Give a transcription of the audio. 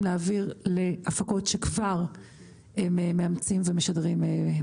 להעביר להפקות שהן כבר מאמצות ומשדרות בפלטפורמה שלהן.